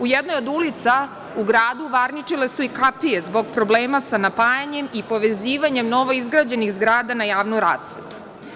U jednoj od ulica u gradu varničile su i kapije zbog problema sa napajanjem i povezivanjem novoizgrađenih zgrada na javnu rasvetu.